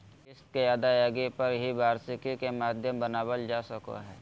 किस्त के अदायगी पर ही वार्षिकी के माध्यम बनावल जा सको हय